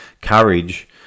courage